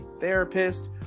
therapist